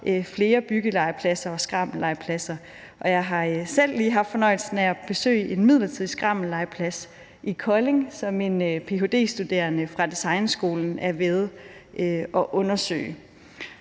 flere byggelegepladser og skrammellegepladser. Jeg har selv lige haft fornøjelsen af at besøge en midlertidig skrammellegeplads i Kolding, som en ph.d.-studerende fra Designskolen Kolding er ved at undersøge.